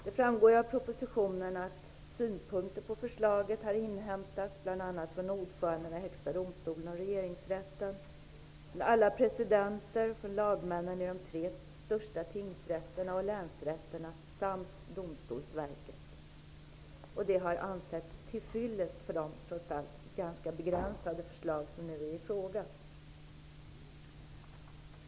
Det framgår ju av propositionen att synpunkter på förslaget har inhämtats bl.a. från ordförandena i Högsta domstolen och Regeringsrätten, från alla presidenter, lagmännen i de tre största tingsrätterna och länsrätterna samt Domstolsverket. Det har ansetts till fyllest för de trots allt ganska begränsade förslag som det nu gäller.